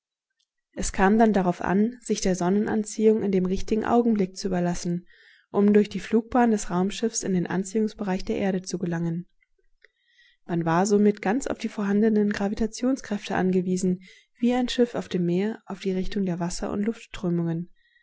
es kam dann darauf an sich der sonnenanziehung in dem richtigen augenblick zu überlassen um durch die flugbahn des raumschiffs in den anziehungsbereich der erde zu gelangen man war somit ganz auf die vorhandenen gravitationskräfte angewiesen wie ein schiff auf dem meer auf die richtung der wasser und